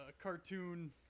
cartoon